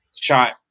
shot